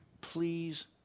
Please